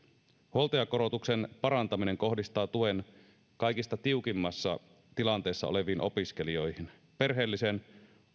huoltajakorotuksen parantaminen kohdistaa tuen kaikista tiukimmassa tilanteessa oleviin opiskelijoihin perheellisen